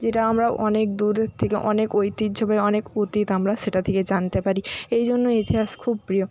যেটা আমরা অনেক দূরের থেকে অনেক ঐতিহ্যবাহী অনেক অতীত আমরা সেটা থেকে জানতে পারি এই জন্য ইতিহাস খুব প্রিয়